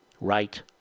right